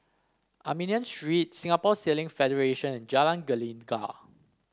Armenian Street Singapore Sailing Federation and Jalan Gelegar